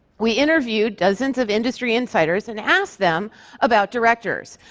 we interviewed dozens of industry insiders and asked them about directors.